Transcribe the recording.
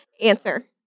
answer